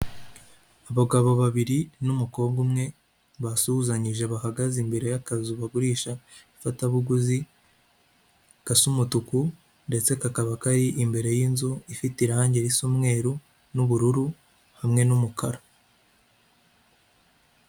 Abagabo babiri n'umukobwa umwe basuhuzanyije, bahagaze imbere y'akazu bagurisha ifatabuguzi gasa umutuku ndetse kakaba kari imbere y'inzu ifite irange risa umweru n'ubururu hamwe n'umukara.